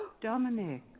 Dominic